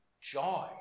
Joy